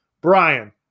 brian